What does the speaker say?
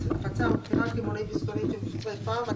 הפצה ומכירה קמעונאית וסיטונאית של מוצרי פארמה,